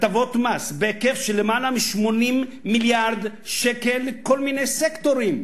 הטבות מס בהיקף של יותר מ-80 מיליארד שקל לכל מיני סקטורים: